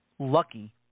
lucky